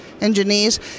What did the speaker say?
engineers